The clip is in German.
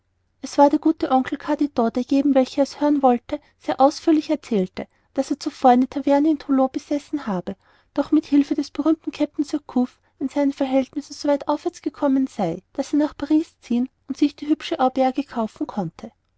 es war der gute oncle carditon der einem jeden welcher es hören wollte sehr ausführlich erzählte daß er zuvor eine taverne in toulon besessen habe doch mit hülfe des berühmten kapitän surcouf in seinen verhältnissen so weit vorwärts gekommen sei daß er nach paris ziehen und sich die hübsche auberge kaufen konnte